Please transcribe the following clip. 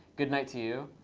good night to you.